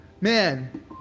man